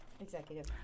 Executive